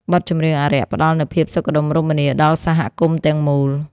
បទចម្រៀងអារក្ស ផ្ដល់នូវភាពសុខដុមរមនាដល់សហគមន៍ទាំងមូល។